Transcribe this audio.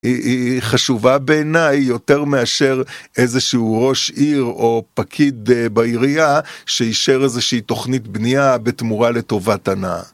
היא חשובה בעיניי יותר מאשר איזשהו ראש עיר או פקיד בעירייה שאישר איזושהי תוכנית בנייה בתמורה לטובת הנאה.